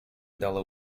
дало